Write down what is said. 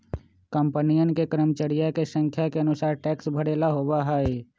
कंपनियन के कर्मचरिया के संख्या के अनुसार टैक्स भरे ला होबा हई